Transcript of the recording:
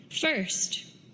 First